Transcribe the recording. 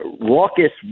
raucous